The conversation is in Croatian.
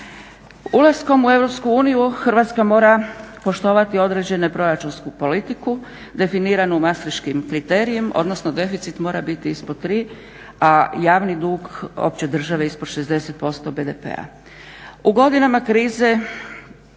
uniju Hrvatska mora poštovati određenu proračunsku politiku, definiranu mastriškim kriterijem, odnosno deficit mora biti ispod 3 a javni dug opće države ispod 60% BDP-a.